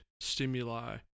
stimuli